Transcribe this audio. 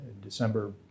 December